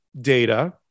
data